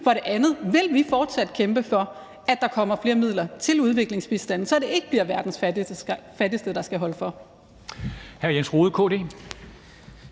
Derudover vil vi fortsat kæmpe for, at der kommer flere midler til udviklingsbistand, så det ikke bliver verdens fattigste, der skal holde for.